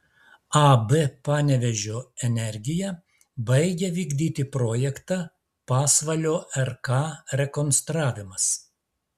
ab panevėžio energija baigia vykdyti projektą pasvalio rk rekonstravimas